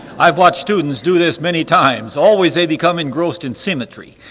i've watched students do this many times, always they become engrossed in symmetry,